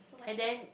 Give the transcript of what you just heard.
and then